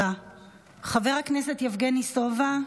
חבר הכנסת יבגני סובה,